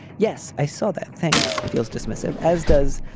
yes i saw that. thanks. feels dismissive as does.